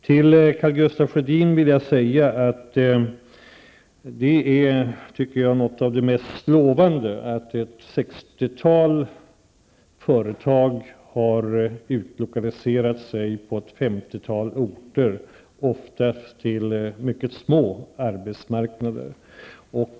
Till Karl Gustaf Sjödin vill jag säga att något av det mest lovande är att ett sextiotal företag har utlokaliserat sig till ett femtiotal orter, ofta till mycket små arbetsmarknader.